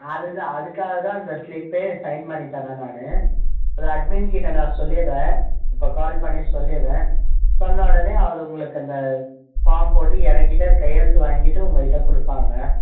அது தான் அதுக்காக தான் இந்த ஸ்லிப்பே சைன் பண்ணி தர நான் அதை அட்மின்க்கிட்டே நான் சொல்லிடுறன் கால் பண்ணி இப்போ கால் பண்ணி சொல்லிடுறன் சொன்னஉடனே அவர் உங்களுக்கு இந்த ஃபார்ம் போட்டு என்கிட்ட கையெழுத்து வாங்கிட்டு உங்கள்கிட்ட கொடுப்பாங்க